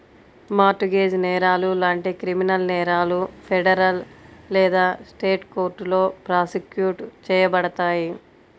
mart gauge నేరాలు లాంటి criminal నేరాలు ఫెడరల్ లేదా స్టేట్ కోర్టులో ప్రాసిక్యూట్ చేయబడతాయి